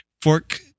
fork